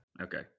Okay